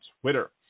Twitter